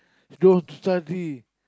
she don't want to study